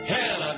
Hell